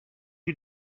you